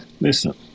Listen